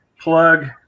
plug